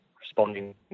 responding